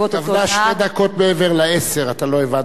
לא, יש לי עוד חמש דקות להגיע לעשר.